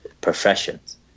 professions